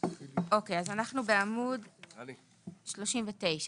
אנחנו בעמוד 39,